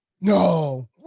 No